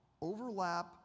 overlap